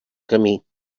camí